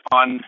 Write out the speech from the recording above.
on